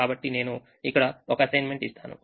కాబట్టి నేను ఇక్కడ ఒక అసైన్మెంట్ ఇస్తాను